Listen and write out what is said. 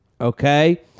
Okay